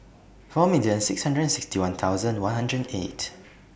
four million six hundred and sixty one thousand one hundred and eight